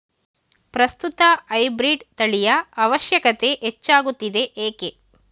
ಪ್ರಸ್ತುತ ಹೈಬ್ರೀಡ್ ತಳಿಯ ಅವಶ್ಯಕತೆ ಹೆಚ್ಚಾಗುತ್ತಿದೆ ಏಕೆ?